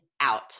out